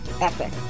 epic